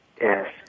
Yes